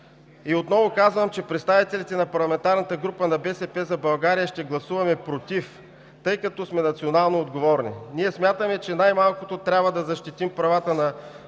и отново казвам, че представителите на парламентарната група на „БСП за България“ ще гласуваме „против“, тъй като сме национално отговорни. Ние смятаме, че най малкото трябва да защитим правата на българските